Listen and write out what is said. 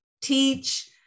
teach